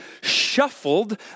shuffled